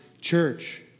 church